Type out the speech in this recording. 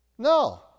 No